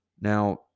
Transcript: Now